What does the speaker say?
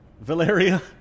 Valeria